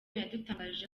yadutangarije